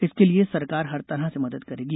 इसके लिये सरकार हर तरह से मदद करेगी